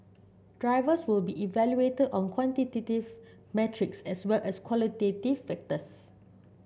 drivers will be evaluated on quantitative metrics as well as qualitative factors